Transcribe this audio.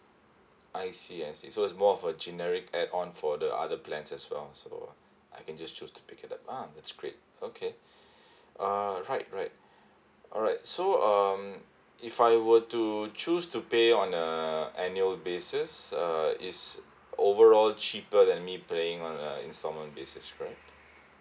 I see I see so it's more of a generic add on for the other plans as well so I can just choose to pick it up ah that's great okay uh right right alright so um if I were to choose to pay on a annual basis uh is overall cheaper than me paying on a instalment basis right